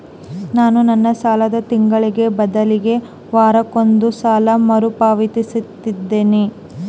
ನಾನು ನನ್ನ ಸಾಲನ ತಿಂಗಳಿಗೆ ಬದಲಿಗೆ ವಾರಕ್ಕೊಂದು ಸಲ ಮರುಪಾವತಿಸುತ್ತಿದ್ದೇನೆ